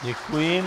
Děkuji.